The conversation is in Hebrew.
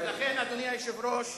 לכן, אדוני היושב-ראש,